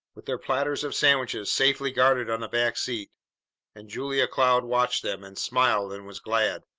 with their platters of sandwiches safely guarded on the back seat and julia cloud watched them, and smiled and was glad.